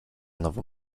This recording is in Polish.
nową